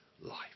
life